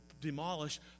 demolish